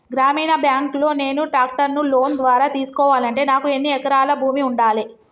గ్రామీణ బ్యాంక్ లో నేను ట్రాక్టర్ను లోన్ ద్వారా తీసుకోవాలంటే నాకు ఎన్ని ఎకరాల భూమి ఉండాలే?